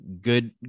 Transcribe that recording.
good